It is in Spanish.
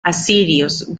asirios